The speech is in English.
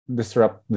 disrupt